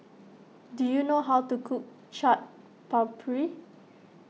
do you know how to cook Chaat Papri